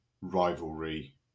rivalry